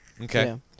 Okay